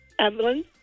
Evelyn